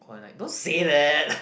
don't say that